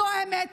זו האמת.